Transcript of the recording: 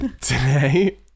Today